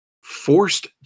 forced